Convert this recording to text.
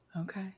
Okay